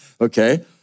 okay